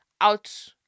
out